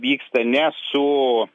vyksta ne su